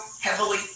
heavily